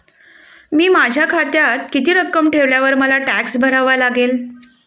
मी माझ्या खात्यात किती रक्कम ठेवल्यावर मला टॅक्स भरावा लागेल?